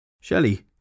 Shelley